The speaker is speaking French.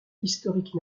historique